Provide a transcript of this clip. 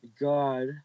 god